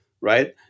right